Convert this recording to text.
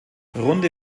runde